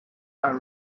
are